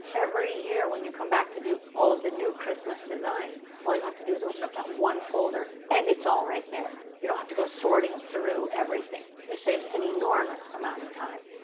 every year when you come back to do all of the new christmas designs, all you have to do is open up that one folder and it's all right there. you don't have to go sorting through everything. it saves it an enormous amount of time.